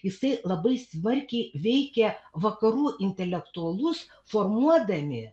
jisai labai smarkiai veikė vakarų intelektualus formuodami